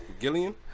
Gillian